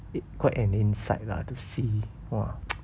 quite an insight lah to see !wah!